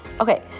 Okay